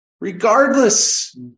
Regardless